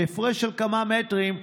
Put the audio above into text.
בהפרש של כמה מטרים,